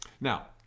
now